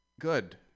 Good